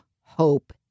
hope